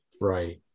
Right